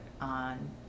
on